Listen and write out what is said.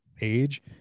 age